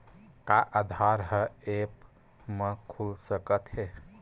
का आधार ह ऐप म खुल सकत हे?